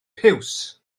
piws